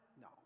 no